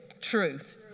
truth